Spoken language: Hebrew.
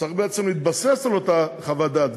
צריך בעצם להתבסס על אותה חוות דעת,